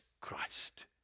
Christ